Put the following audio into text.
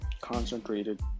concentrated